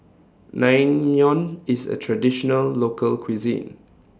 Naengmyeon IS A Traditional Local Cuisine